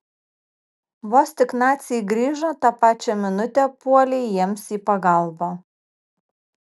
vos tik naciai grįžo tą pačią minutę puolei jiems į pagalbą